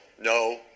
No